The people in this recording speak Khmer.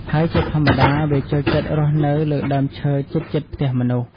ហើយជាធម្មតា វាចូលចិត្តរស់នៅលើដើមឈើជិតៗផ្ទះមនុស្ស។